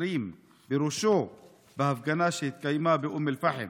שוטרים בראשו בהפגנה שהתקיימה באום אל-פחם.